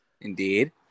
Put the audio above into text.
Indeed